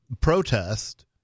protest